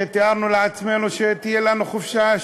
תיארנו לעצמנו שתהיה לנו חופשה,